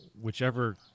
whichever